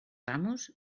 amos